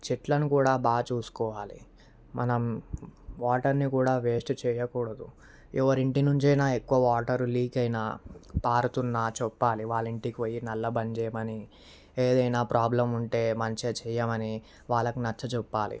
చెట్లను కూడా బాగా చూసుకోవాలి మనం వాటర్ని కూడా వేస్ట్ చేయకూడదు ఎవరి ఇంటి నుంచైనా ఎక్కువ వాటర్ లీక్ అయినా పారుతున్న చొప్పాలి వాళ్ళ ఇంటికి పోయి నల్లా బంద్ చెయ్యమని ఏదైనా ప్రాబ్లం ఉంటే మంచే చేయమని వాళ్ళకి నచ్చచెప్పాలి